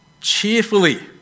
cheerfully